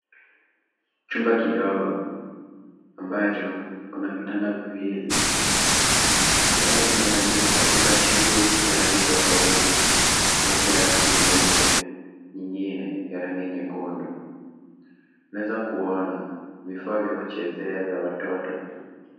Chumba kidogo ambacho kuna vitanda viwili. Vitanda vimetandikwa katika shiti ya rangi tofauti. Moja ya rangi nyeupe, nyingine ya rangi nyekundu. Meza kuona vifaa vya kuchezea vya watoto.